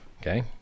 Okay